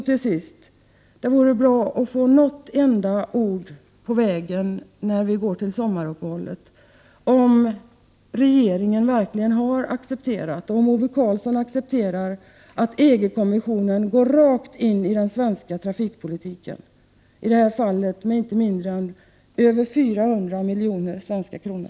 Till sist: Det vore bra att få något enda ord på vägen, när vi går till sommaruppehållet, om regeringen verkligen har accepterat och om Ove Karlsson accepterar att EG-kommissionen går rakt in i den svenska trafikpolitiken, i det här fallet med inte mindre än över 400 miljoner svenska kronor.